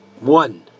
One